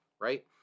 right